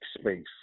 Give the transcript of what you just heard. space